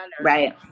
right